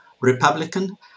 Republican